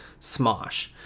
Smosh